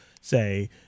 say